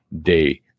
day